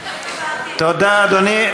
תודה, אדוני.